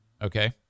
Okay